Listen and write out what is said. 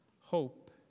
hope